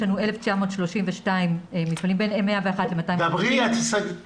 יש לנו 1,932 מקומות עבודה,